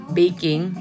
baking